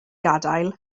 gadael